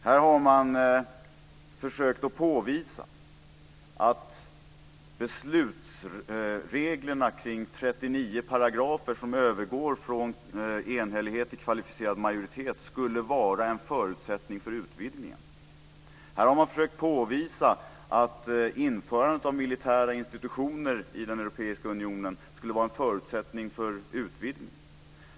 Här har man försökt påvisa att beslutsreglerna kring 39 paragrafer som övergår från enhällighet till kvalificerad majoritet skulle vara en förutsättning för utvidgningen. Här har man försökt påvisa att införandet av militära institutioner i den europeiska unionen skulle vara en förutsättning för utvidgningen.